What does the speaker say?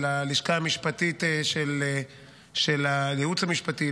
וללשכה המשפטית של הייעוץ המשפטי,